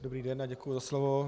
Dobrý den a děkuji za slovo.